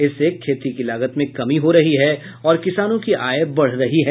इससे खेती की लागत में कमी हो रही है और किसानों की आय बढ रही है